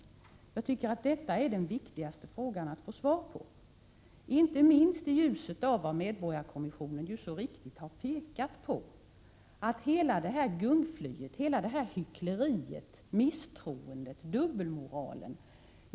Detta är den viktigaste frågan att få svar på, inte minst i ljuset av vad medborgarkommissionen så riktigt har pekat på, dvs. hela detta gungfly, hyckleriet, misstroendet och dubbelmoralen.